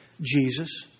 Jesus